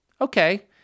okay